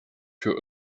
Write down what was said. für